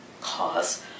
cause